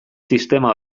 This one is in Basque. sistema